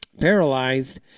paralyzed